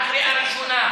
מדובר על קריאה ראשונה.